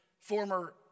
former